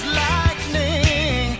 lightning